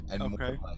Okay